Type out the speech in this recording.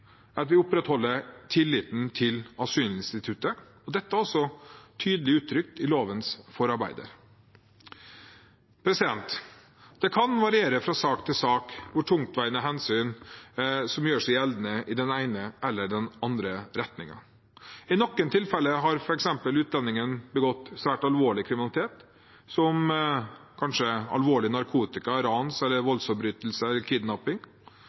at vi opprettholder tilliten til asylinstituttet, og dette er også tydelig uttrykt i lovens forarbeider. Det kan variere fra sak til sak hvor tungtveiende hensyn det er som gjør seg gjeldende i den ene eller den andre retningen. I noen tilfeller har f.eks. utlendingen begått svært alvorlig kriminalitet, kanskje alvorlige narkotika-, rans- eller voldsforbrytelser eller kidnapping.